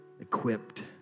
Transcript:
equipped